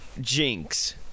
Jinx